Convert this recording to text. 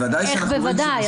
איך בוודאי?